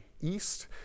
East